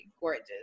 gorgeous